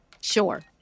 Sure